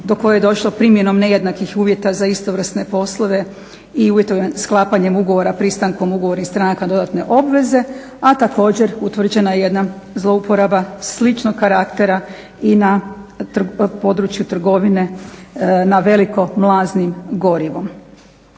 do koje je došlo primjenom nejednakih uvjeta za istovrsne poslove i uvjetovanim sklapanjem ugovora, pristankom ugovora i stranaka dodatne obaveze, a također utvrđena je jedna zloporaba sličnog karaktera i na području trgovine na veliko mlaznim gorivom.